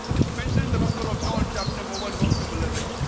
it's mentioned in the gospel of john chapter number one verse number eleven,